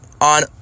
on